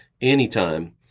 anytime